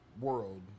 world